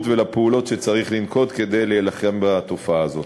ולפעולות שצריך לנקוט כדי להילחם בתופעה הזאת.